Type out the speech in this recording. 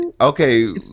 Okay